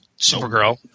Supergirl